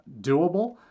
doable